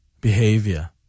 behavior